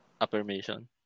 affirmation